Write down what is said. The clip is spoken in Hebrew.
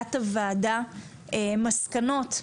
למליאת הוועדה מסקנות,